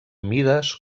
mides